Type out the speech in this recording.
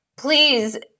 Please